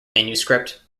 manuscript